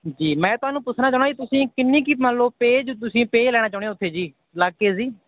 ਜੀ ਮੈਂ ਤੁਹਾਨੂੰ ਪੁੱਛਣਾ ਚਾਹੁੰਦਾ ਜੀ ਤੁਸੀਂ ਕਿੰਨੀ ਕਿ ਮੰਨ ਲਓ ਪੇਜ ਤੁਸੀਂ ਪੇਅ ਲੈਣਾ ਚਾਹੁੰਦੇ ਹੋ ਉੱਥੇ ਜੀ ਲੱਗ ਕੇ ਜੀ